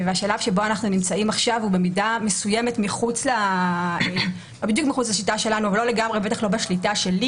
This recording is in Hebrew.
והשלב שבו אנחנו נמצאים עכשיו הוא לא לגמרי בשליטה שלי.